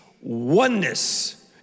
oneness